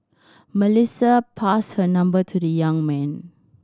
Melissa passed her number to the young man